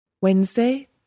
Wednesday